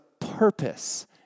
purpose